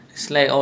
ya lah like